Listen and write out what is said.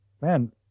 Man